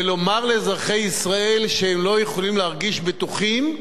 ולומר לאזרחי ישראל שהם לא יכולים להרגיש בטוחים,